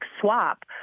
swap